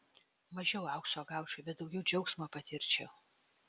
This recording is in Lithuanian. mažiau aukso gaučiau bet daugiau džiaugsmo patirčiau